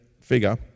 figure